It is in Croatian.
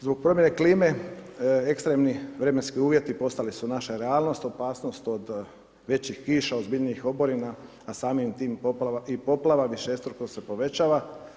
Zbog promijene klime, ekstremni vremenski uvjeti postali su naša realnost, opasnost od većih kiša, ozbiljnijih oborina, a samim tim i poplava, višestruko se povećava.